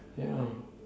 ya